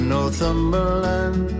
Northumberland